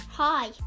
Hi